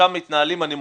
שם מתנהלים הנימוקים,